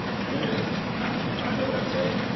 and there it is. how did you find our website?